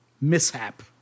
mishap